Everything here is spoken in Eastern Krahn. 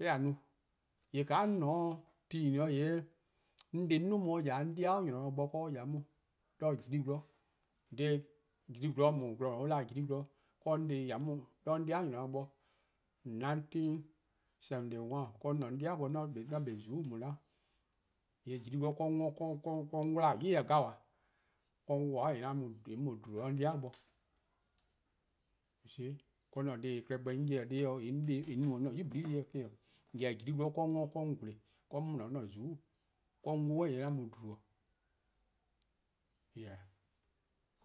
:me-' :a no. :yee' :yeh 'on :ne 'o :yee' 'on 'de 'duo: on 'weh or :ya 'de 'on 'de-di :nynor-kpao bo bo 'de jli-gwlor. :dha jli-gwlor :da, :gwlor an 'da-dih jli-gwlor 'de :wor 'on 'de :ya 'on 'de an 'de-di :nynor-kpao bo. Nineteen sevevty one 'de :wor 'on :ne 'de 'an 'de-di bo 'on 'kpa 'o :zuku'-' :mu 'da; :yee' 'de jli-gwlor 'de :wor 'on 'wla-dih 'yli ya deh 'jeh. :yeh 'on 'wluh-a 'o :yee' 'on mu :dhlubor: 'de 'an 'de-di bo. Yu see, 'an-a deh-a klehkpeh 'on 'ye-dih-a deh+ dih, 'on no dih-a 'yu-yu: deh+-dih me 'o. Jorwor: jli-gwlor 'de :wor 'on 'worn 'on gle, 'de :wor 'on mu-dih 'an :zuku'-', :yeh 'on 'wluh-a 'de :yee' 'an mu :dhlubor:.